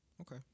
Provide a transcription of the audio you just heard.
Okay